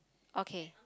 okay